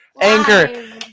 anchor